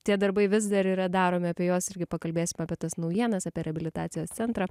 tie darbai vis dar yra daromi apie juos irgi pakalbėsim apie tas naujienas apie reabilitacijos centrą